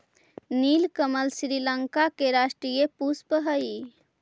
नीलकमल श्रीलंका के राष्ट्रीय पुष्प हइ